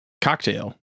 Cocktail